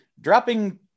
dropping